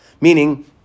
meaning